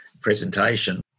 presentation